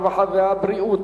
הרווחה והבריאות